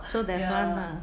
so there's one lah